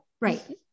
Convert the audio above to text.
Right